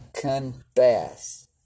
confess